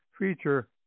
feature